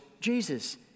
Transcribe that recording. Jesus